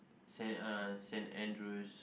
Saint uh Saint-Andrew's